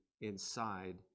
inside